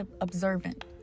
observant